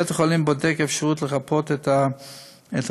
בית-החולים בודק אפשרות לחפות את החדרים,